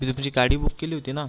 गाडी बुक केली होती ना